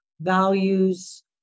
values